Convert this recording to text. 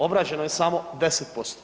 Obrađeno je samo 10%